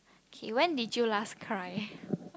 K when did you last cry